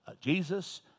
Jesus